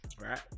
Right